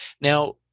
Now